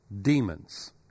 demons